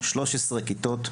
13 כיתות,